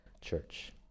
church